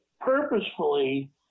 purposefully